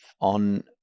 on